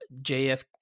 JF